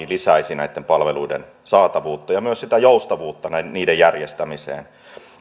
lisäisi näitten palveluiden saatavuutta ja myös sitä joustavuutta niiden järjestämiseen